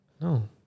No